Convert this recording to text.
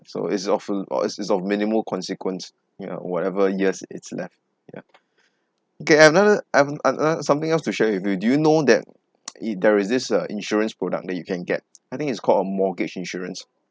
so it's of or it is of minimal consequence ya whatever years it's left yeah get another an~ another something else to share with you do you know that it there is this uh insurance product that you can get I think it's called a mortgage insurance